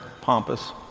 pompous